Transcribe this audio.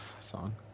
song